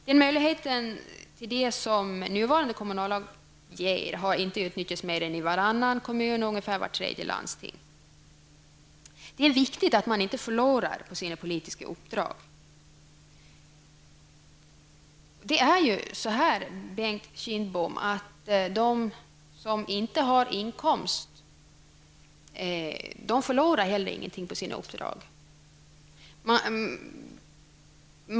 Den möjlighet till detta som nuvarande kommunallagen ger har inte utnyttjats i mer än varannan kommun och i ungefär vart tredje landsting. Det är viktigt att man inte förlorar pengar på sina politiska uppdrag. De som inte har någon inkomst, Bengt Kindbom, förlorar ju ingenting på sina uppdrag.